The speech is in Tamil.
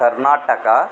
கர்நாடகா